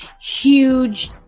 huge